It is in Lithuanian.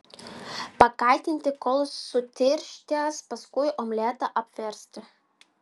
pakaitinti kol sutirštės paskui omletą apversti